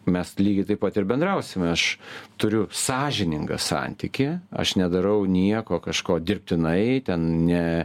mes lygiai taip pat ir bendrausime aš turiu sąžiningą santykį aš nedarau nieko kažko dirbtinai ten ne